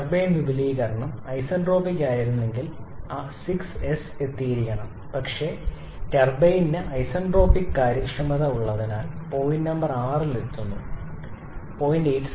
turbine വിപുലീകരണം isentropic ആയിരുന്നെങ്കിൽ 6s എത്തിയിരിക്കണം പക്ഷേ ടർബൈനിന് ഒരു ഐസന്റ്രോപിക്കാര്യക്ഷമത ഉള്ളതിനാൽ പോയിന്റ് നമ്പർ 6 ൽ എത്തുന്നു 0